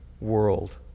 world